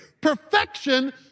perfection